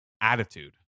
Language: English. attitude